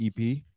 EP